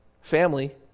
family